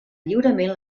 lliurement